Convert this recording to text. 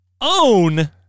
OWN